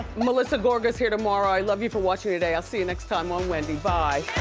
melissa gorga's here tomorrow. i love you for watching today. i'll see you next time on wendy, bye.